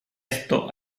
esto